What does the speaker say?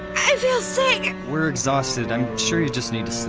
i feel sick we're exhausted. i'm sure you just need to sleep